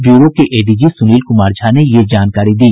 bureau के ADG Sunil Kumar Jha ने यह जानकारी दी